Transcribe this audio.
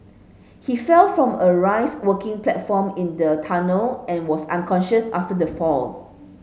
he fell from a raised working platform in the tunnel and was unconscious after the fall